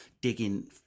digging